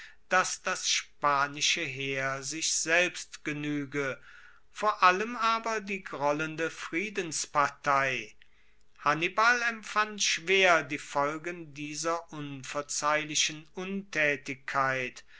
dass das spanische heer sich selbst genuege vor allem aber die grollende friedenspartei hannibal empfand schwer die folgen dieser unverzeihlichen untaetigkeit